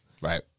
Right